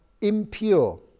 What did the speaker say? impure